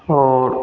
आओर